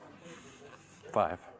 five